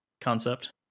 concept